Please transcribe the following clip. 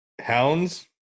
hounds